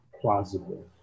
plausible